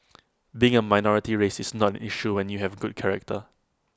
being A minority race is not an issue when you have good character